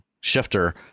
shifter